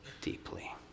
deeply